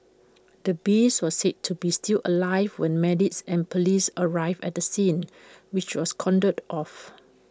the beast was said to be still alive when medics and Police arrived at the scene which was cordoned off